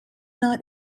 not